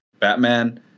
Batman